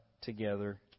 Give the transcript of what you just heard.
together